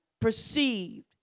perceived